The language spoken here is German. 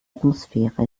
atmosphäre